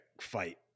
fight